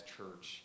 church